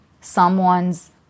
someone's